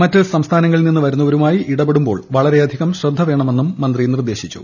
മറ്റ് സംസ്ഥാനങ്ങളിൽ നിന്ന് വരുന്നവരുമായി ഇടപെടുമ്പോൾ വളരെയധികം ശ്രദ്ധ വേണമെന്നും മന്ത്രി നിർദ്ദേശിച്ചു